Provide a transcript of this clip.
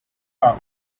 town